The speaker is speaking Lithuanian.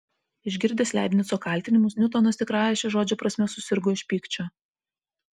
išgirdęs leibnico kaltinimus niutonas tikrąja šio žodžio prasme susirgo iš pykčio